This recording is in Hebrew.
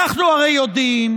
אנחנו הרי יודעים